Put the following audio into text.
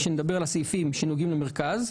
כאשר נדבר על הסעיפים ששייכים למרכז,